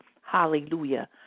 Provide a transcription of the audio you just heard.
hallelujah